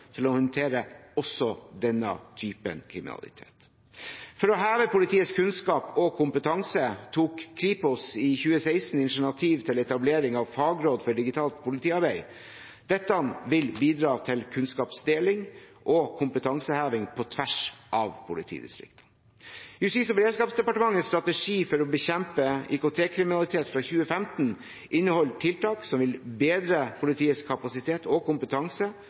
til å håndtere også denne typen kriminalitet. For å heve politiets kunnskap og kompetanse tok Kripos i 2016 initiativ til etablering av fagråd for digitalt politiarbeid. Det vil bidra til kunnskapsdeling og kompetanseheving på tvers av politidistrikt. Justis- og beredskapsdepartementets strategi for å bekjempe IKT-kriminalitet fra 2015 inneholder tiltak som vil bedre politiets kapasitet og kompetanse